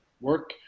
work